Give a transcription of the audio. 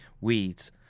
weeds